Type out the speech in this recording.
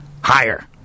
higher